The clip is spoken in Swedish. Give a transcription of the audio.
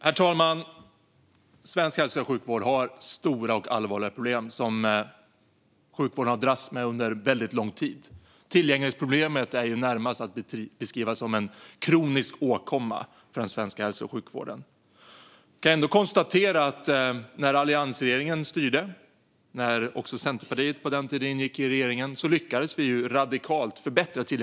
Herr talman! Svensk hälso och sjukvård har stora och allvarliga problem som den har dragits med under väldigt lång tid. Tillgänglighetsproblemet kan vi ju närmast beskriva som en kronisk åkomma i den svenska hälso och sjukvården. Vi kan ändå konstatera att vi när alliansregeringen styrde - och vid den tiden ingick även Centerpartiet i regeringen - lyckades förbättra tillgängligheten radikalt.